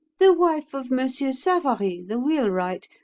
the wife of monsieur savary, the wheelwright,